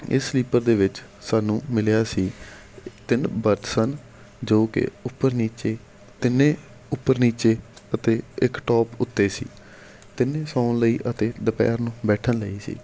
ਇਸ ਸਲੀਪਰ ਦੇ ਵਿੱਚ ਸਾਨੂੰ ਮਿਲਿਆ ਸੀ ਤਿੰਨ ਬਰਥ ਸਨ ਜੋ ਕਿ ਉੱਪਰ ਨੀਚੇ ਤਿੰਨੇ ਉੱਪਰ ਨੀਚੇ ਅਤੇ ਇੱਕ ਟੋਪ ਉੱਤੇ ਸੀ ਤਿੰਨੇ ਸੌਣ ਲਈ ਅਤੇ ਦੁਪਹਿਰ ਨੂੰ ਬੈਠਣ ਲਈ ਸੀ